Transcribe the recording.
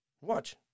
Watch